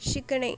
शिकणे